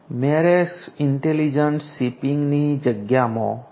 Maersk intelligent શિપિંગની જગ્યામાં છે